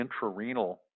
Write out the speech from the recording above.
intrarenal